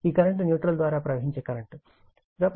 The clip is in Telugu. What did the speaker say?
ఈ కరెంటు న్యూట్రల్ ద్వారా ప్రవహించే కరెంటు In గా పరిగణించబడింది